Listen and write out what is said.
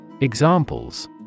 Examples